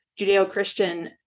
Judeo-Christian